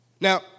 Now